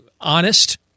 honest